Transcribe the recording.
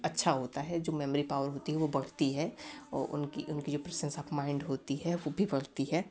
अच्छा होता है जो मेमोरी पावर होती है वो बढ़ती है उनकी उनकी जो प्रेसेंस ऑफ माइन्ड होती है वो भी बढ़ती है